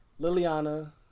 Liliana